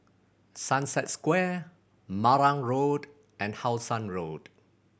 Sunset Square Marang Road and How Sun Road